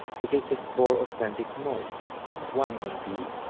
we get the four authentic modes one on d,